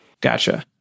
Gotcha